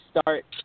start